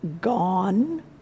gone